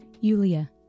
Yulia